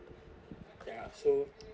ya so